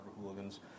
Hooligans